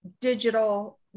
digital